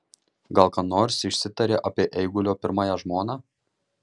gal ką nors išsitarė apie eigulio pirmąją žmoną